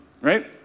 right